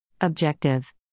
Objective